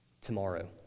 tomorrow